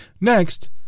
Next